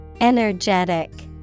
Energetic